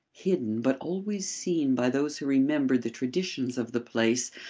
hidden but always seen by those who remembered the traditions of the place,